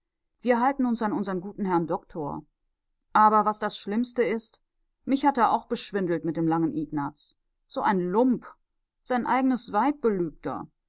wir halten uns an unseren guten herrn doktor aber was das schlimmste ist mich hat er auch beschwindelt mit dem langen ignaz so ein lump sein eigenes weib